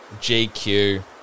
GQ